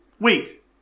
Wait